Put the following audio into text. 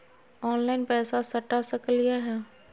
Online पैसा सटा सकलिय है?